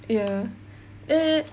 ya err